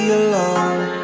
alone